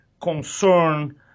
Concern